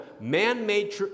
man-made